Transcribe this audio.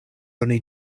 oni